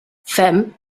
fem